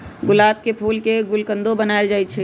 गुलाब के फूल के गुलकंदो बनाएल जाई छई